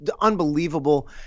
unbelievable